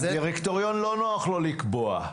הדירקטוריון לא נוח לו לקבוע.